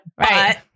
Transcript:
Right